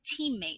teammate